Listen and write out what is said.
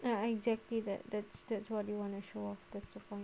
ya exactly that that's that's what do you want to show off that's the point